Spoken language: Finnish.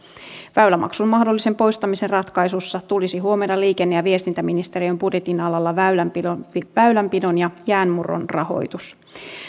väylämaksun mahdollisen poistamisen ratkaisussa tulisi huomioida liikenne ja viestintäministeriön budjetin alalla väylänpidon väylänpidon ja jäänmurron rahoitus